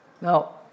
Now